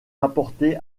rapportée